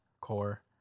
core